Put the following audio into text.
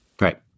right